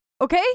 okay